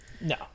no